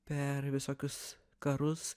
per visokius karus